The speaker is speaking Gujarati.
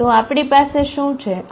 તો આપણી પાસે શું છે